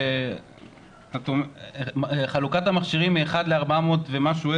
חלוקת המכשירים מ-1:475,000 נפש,